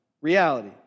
reality